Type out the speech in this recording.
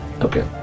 Okay